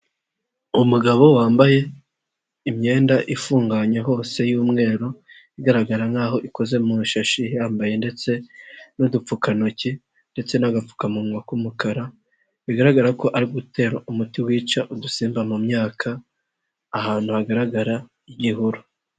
Umugabo wambaye imyenda ifunganye hose y'umweru igaragara nkaho ikoze mu bishashi, yambaye ndetse n'udupfukantoki ndetse n'agapfukamunwa k'umukara bigaragara ko ari gutera umuti wica udusimba mu myaka ahantu hagaragara igihuru.